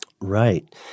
Right